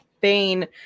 bane